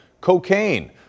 cocaine